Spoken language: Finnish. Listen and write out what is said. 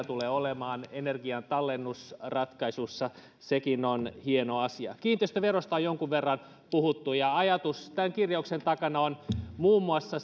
tule olemaan energian tallennusratkaisuissa sekin on hieno asia kiinteistöverosta on jonkun verran puhuttu ja ajatus tämän kirjauksen takana on muun muassa